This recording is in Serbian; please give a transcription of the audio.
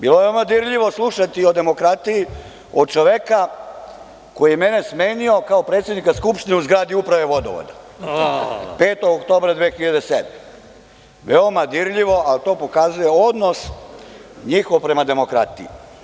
Veoma je dirljivo slušati o demokratiji od čoveka koji je mene smenio kao predsednika Skupštine u zgradi Uprave „Vodovoda“ 5. oktobra 2007. godine, veoma dirljivo, ali to pokazuje odnos njihov prema demokratiji.